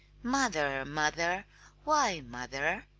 mother, mother why, mother!